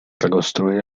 reconstruir